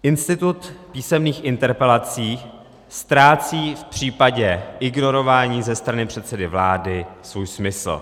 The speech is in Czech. Institut písemných interpelací ztrácí v případě ignorování ze strany předsedy vlády svůj smysl.